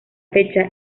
fecha